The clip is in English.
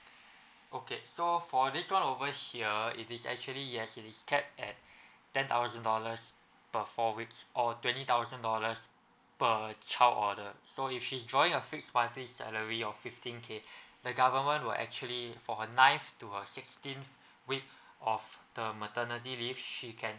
okay so for this one over here it is actually yes it is cap at ten thousand dollars per four weeks or twenty thousand dollars per child order so if she's drawing a fixed monthly salary of fifteen K the government will actually for her ninth to her sixteenth week of the maternity leave she can